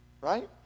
right